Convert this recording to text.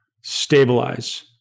stabilize